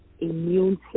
immune